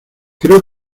creo